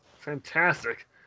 Fantastic